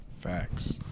facts